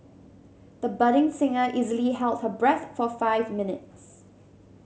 the budding singer easily held her breath for five minutes